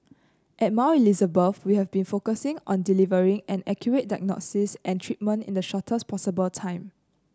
at Mount Elizabeth we have been focusing on delivering an accurate diagnosis and treatment in the shortest possible time